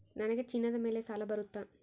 ನನಗೆ ಚಿನ್ನದ ಮೇಲೆ ಸಾಲ ಬರುತ್ತಾ?